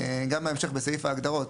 גם בהמשך, בסעיף ההגדרות.